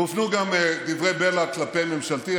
הופנו גם דברי בלע כלפי ממשלתי.